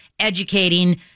educating